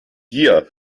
gier